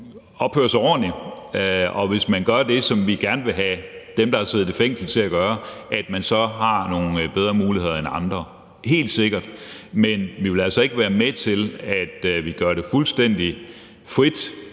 opfører sig ordentligt, og hvis man gør det, som vi gerne vil have dem, som har siddet i fængsel, til at gøre, ja, så kan der være nogle bedre muligheder end hos andre. Helt sikkert. Men vi vil altså ikke være med til, at vi gør det fuldstændig frit